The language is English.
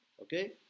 Okay